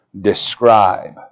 describe